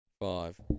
Five